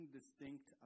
distinct